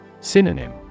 Synonym